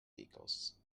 pickles